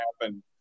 happen